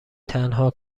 تنها